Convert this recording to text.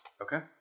okay